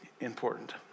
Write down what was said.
important